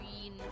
green